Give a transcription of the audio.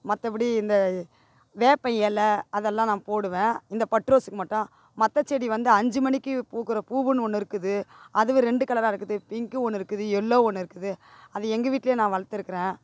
மற்றபடி இந்த வேப்ப இல அதெல்லாம் நான் போடுவேன் இந்த பட் ரோஸ்க்கு மட்டும் மற்ற செடி வந்து அஞ்சு மணிக்கு பூக்கிற பூவுனு ஒன்று இருக்குது அதுவும் ரெண்டு கலராக இருக்குது பிங்க்கு ஒன்று இருக்குது எல்லோ ஒன்று இருக்குது அது எங்கள் வீட்லேயே நான் வளர்த்துருக்குறேன்